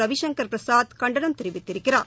ரவிசங்கள் பிரசாத் கண்டனம் தெரிவித்திருக்கிறார்